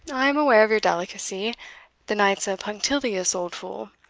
i am aware of your delicacy the knight's a punctilious old fool,